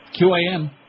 QAM